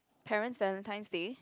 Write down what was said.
parents Valentines Day